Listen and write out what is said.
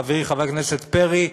חברי חבר הכנסת פרי,